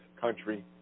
country